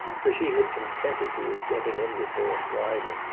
for she had consented to his getting in with her and driving,